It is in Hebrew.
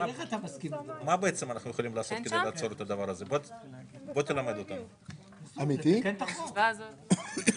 (הישיבה נפסקה בשעה 15:00 ונתחדשה בשעה 15:30.)